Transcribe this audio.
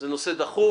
זה נושא דחוף,